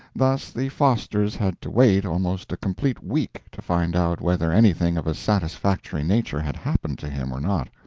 thus the fosters had to wait almost a complete week to find out whether anything of a satisfactory nature had happened to him or not.